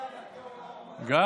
מברכת?